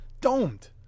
Domed